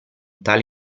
tale